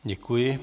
Děkuji.